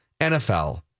NFL